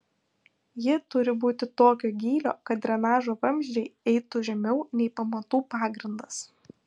ji turi būti tokio gylio kad drenažo vamzdžiai eitų žemiau nei pamatų pagrindas